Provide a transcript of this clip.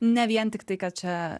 ne vien tiktai kad čia